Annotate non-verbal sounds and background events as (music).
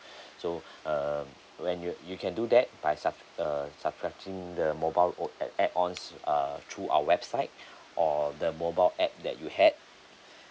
(breath) so uh when you you can do that by sub~ uh subscribing the mobile o~ add ons err through our website (breath) or the mobile app that you had